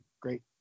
great